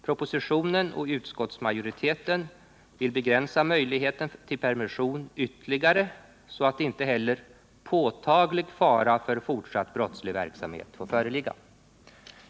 Propositionen och utskottsmajoriteten vill begränsa möjligheten för permission mer, så att inte heller ”påtaglig fara för fortsatt brottslig verksamhet” får föreligga.